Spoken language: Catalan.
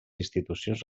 institucions